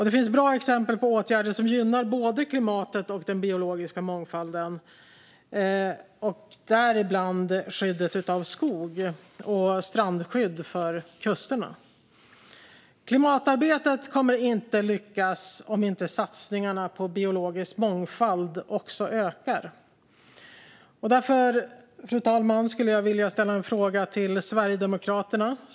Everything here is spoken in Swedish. Det finns bra exempel på åtgärder som gynnar både klimatet och den biologiska mångfalden, däribland skyddet av skog och strandskydd vid kusterna. Klimatarbetet kommer inte att lyckas om inte satsningarna på biologisk mångfald ökar. Därför, fru talman, skulle jag vilja ställa en fråga till Sverigedemokraterna.